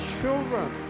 children